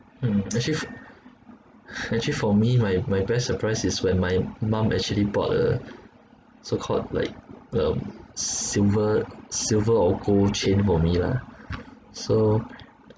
um actually f~ actually for me my my best surprise is when my mum actually bought a so called like um silver silver or gold chain for me lah so